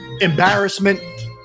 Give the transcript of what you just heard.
embarrassment